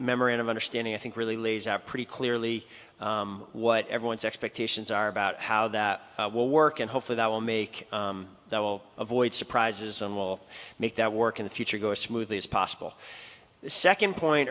memorandum understanding i think really lays out pretty clearly what everyone's expectations are about how that will work and hopefully that will make that will avoid surprises and will make that work in the future go as smoothly as possible the second point